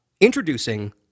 introducing